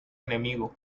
enemigo